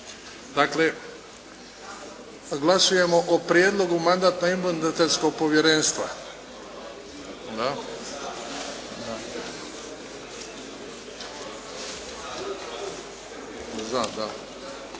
Dakle glasujemo o prijedlogu mandatno-imunitetskog povjerenstva. Rezultat.